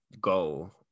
goal